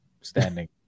standing